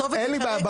אין לי בעיה,